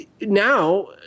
Now